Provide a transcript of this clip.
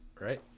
right